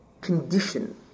condition